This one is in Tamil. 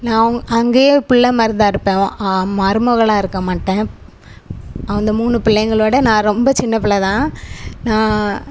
நான் அவுங்க அங்கேயே பிள்ள மாதிரி தான் இருப்பேன் ஆ மருமகளாக இருக்க மாட்டேன் அந்த மூணு பிள்ளைங்கள விட நான் ரொம்ப சின்னப்பிள்ள தான் நான்